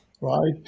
right